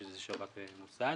שזה שב"כ ומוסד.